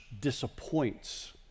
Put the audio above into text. Disappoints